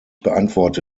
beantworte